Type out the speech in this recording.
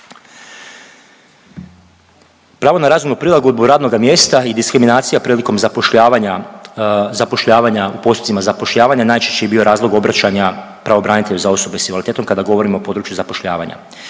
Pravo na razumnu prilagodbu radnoga mjesta i diskriminacija prilikom zapošljavanja u postupcima zapošljavanja, najčešći je bio razlog obraćanja pravobranitelju za osobe s invaliditetom, kada govorimo o području zapošljavanja.